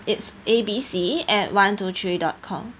it's A B C at one to three dot com